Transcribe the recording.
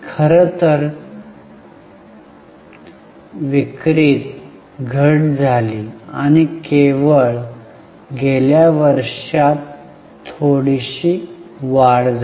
खरं तर विक्रीत घट झाली आणि केवळ गेल्या वर्षात थोडीशी वाढ झाली